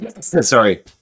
Sorry